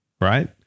right